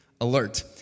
alert